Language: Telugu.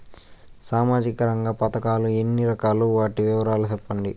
సామాజిక రంగ పథకాలు ఎన్ని రకాలు? వాటి వివరాలు సెప్పండి